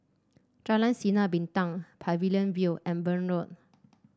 Jalan Sinar Bintang Pavilion View and Burn Road